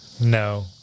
No